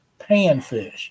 panfish